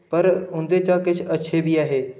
पर उं'दे चा किश अच्छे बी ऐ हे